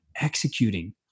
executing